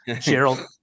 Gerald